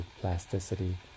plasticity